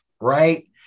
Right